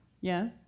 Yes